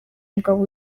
mugabo